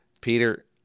Peter